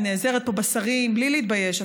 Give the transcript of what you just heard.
אני נעזרת פה בשרים בלי להתבייש,